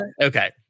Okay